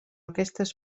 aquestes